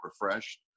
refreshed